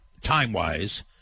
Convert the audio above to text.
time-wise